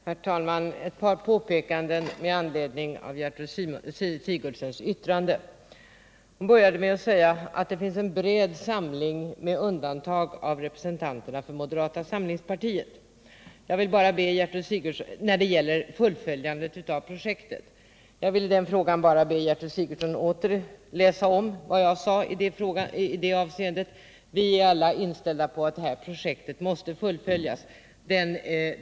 Herr talman! Ett par påpekanden med anledning av Gertrud Sigurdsens yttrande! Hon började med att säga att det finns en bred samling kring fullföljandet av projektet med undantag av representanterna för moderata samlingspartiet. Jag vill i den frågan bara be Gertrud Sigurdsen att läsa om vad jag sade i det avseendet. Vi är alla inställda på att det här projektet måste fullföljas.